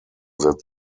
that